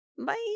bye